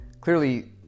clearly